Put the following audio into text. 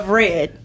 red